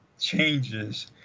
changes